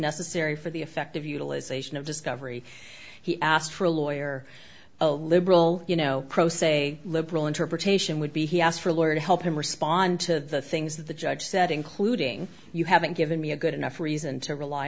necessary for the effective utilization of discovery he asked for a lawyer a liberal you know pro se liberal interpretation would be he asked for a lawyer to help him respond to the things the judge said including you haven't given me a good enough reason to rely